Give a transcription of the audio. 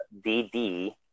DD